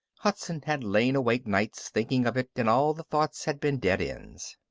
hudson had lain awake nights thinking of it and all the thoughts had been dead ends.